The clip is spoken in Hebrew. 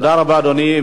תודה רבה, אדוני.